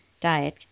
diet